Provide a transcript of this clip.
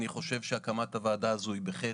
אני חושב שהקמת הוועדה הזו היא בחטא,